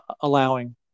allowing